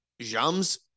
James